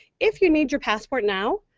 if you need your passport now,